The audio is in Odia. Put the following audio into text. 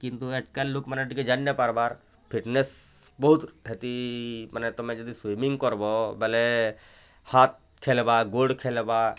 କିନ୍ତୁ ଆଜ୍ କାଲ୍ ଲୋକମାନେ ଟିକେ ଜାନି ନ ପାର୍ବା ଫିଟ୍ନେସ୍ ବହୁତ୍ ହେତି ମାନେ ତୁମେ ଯଦି ସୁଇମିଙ୍ଗ କର୍ବୋ ବେଲେ ହାତ୍ ଖେଳ୍ବା ଗୋଡ଼୍ ଖେଳ୍ବା